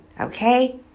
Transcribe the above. okay